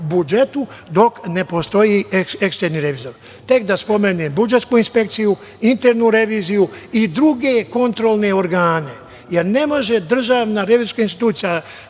budžetu dok ne postoji eksterni revizor. Tek da spomenem budžetsku inspekciju, internu reviziju i druge kontrolne organe, jer ne može DRI… Mi imamo